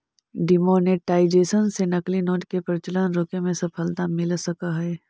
demonetisation से नकली note के प्रचलन रोके में सफलता मिल सकऽ हई